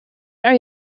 are